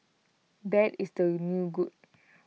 bad is the new good